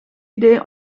idee